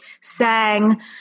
sang